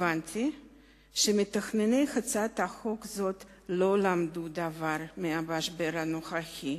הבנתי שמתכנני הצעת חוק זאת לא למדו דבר מהמשבר הנוכחי.